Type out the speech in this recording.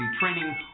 training